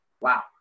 wow